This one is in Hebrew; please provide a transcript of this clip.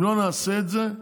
אם לא נעשה את זה,